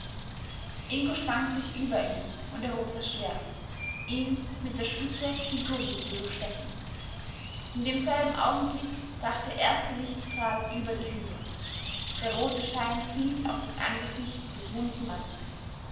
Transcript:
ingo schwang sich über ihn und erhob das schwert ihm mit der spitze die gurgel zu durchstechen in demselben augenblick brach der erste lichtstrahl über die hügel der rote schein fiel auf das angesicht des wunden mannes